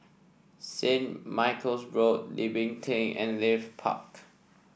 St Michael's Road Tebing and Leith Park